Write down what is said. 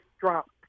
drop